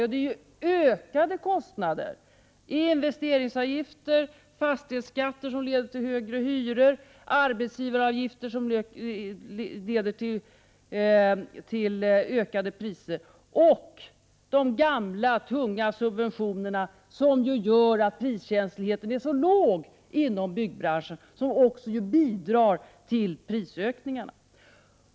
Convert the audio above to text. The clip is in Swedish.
Jo, det är till ökade kostnader: investeringsavgifter, fastighetsskatter som leder till högre hyror, arbetsgivaravgifter som leder till ökade priser, och de gamla tunga subventionerna, som gör att priskänsligheten inom byggbranschen är så låg och som också bidrar till prisökningarna.